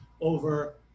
over